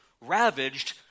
ravaged